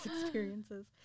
experiences